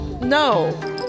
no